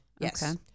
Yes